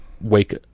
wake